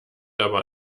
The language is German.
aber